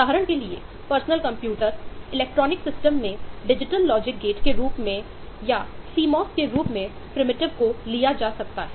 उदाहरण के लिए पर्सनल कंप्यूटर को लिया जा सकता है